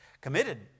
committed